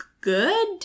good